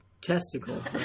testicles